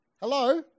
Hello